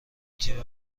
تیم